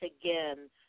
again